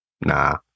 nah